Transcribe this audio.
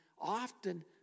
often